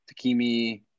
Takimi